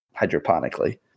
hydroponically